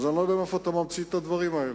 אז אני לא יודע מאיפה אתה ממציא את הדברים האלה.